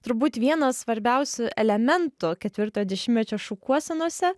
turbūt vienas svarbiausių elementų ketvirtojo dešimtmečio šukuosenose